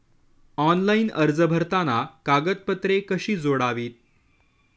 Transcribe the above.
Online अर्ज भरताना कागदपत्रे कशी जोडावीत?